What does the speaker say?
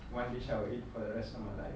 one dish I will eat for the rest of my life